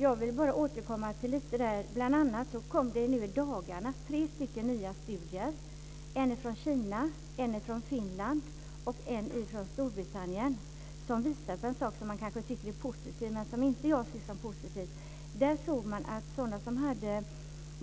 Jag vill peka på att det i dagarna har kommit tre nya studier - en från Kina, en från Finland och en från Storbritannien - som visar på något som man kanske kan tycka är positivt men som jag inte anser vara det. Man har funnit att